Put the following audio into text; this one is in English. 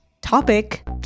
topic